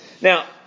Now